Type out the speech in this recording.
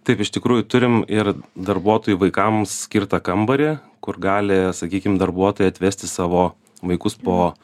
taip iš tikrųjų turim ir darbuotojų vaikams skirtą kambarį kur gali sakykim darbuotojai atvesti savo vaikus po